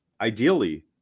ideally